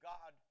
God